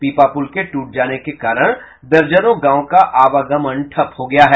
पीपा पुल के टूट जाने के कारण दर्जनों गांव का आवागमन ठप्प हो गया है